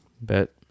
Bet